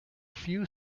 few